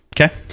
Okay